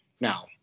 now